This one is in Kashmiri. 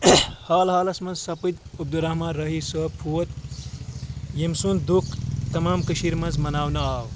حال حالس منٛز سَپٕد عبدالرحمٰن رٲہی صٲبۍ فوت ییٚمہِ سُنٛد دُکھ تمام کٔشیٖرِ منٛز مَناونہٕ آو